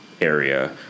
area